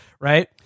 Right